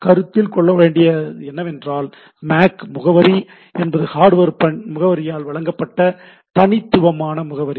நாம் கருத்தில் கொள்ளவேண்டியது என்னவென்றால் MAC முகவரி என்பது ஹார்டுவேர் முகவரியால் வழங்கப்பட்ட தனித்துவமான முகவரி